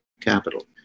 capital